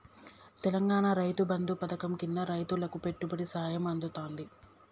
తెలంగాణాల రైతు బంధు పథకం కింద రైతులకు పెట్టుబడి సాయం అందుతాంది